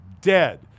dead